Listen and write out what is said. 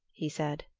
he said.